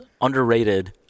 underrated